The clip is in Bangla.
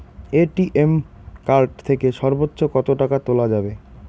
একটি এ.টি.এম কার্ড থেকে সর্বোচ্চ কত টাকা তোলা যাবে?